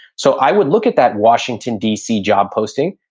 so i would look at that washington, dc job posting,